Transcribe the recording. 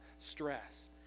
stress